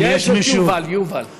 אם יש מישהו שהוא,